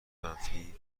منفی